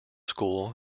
school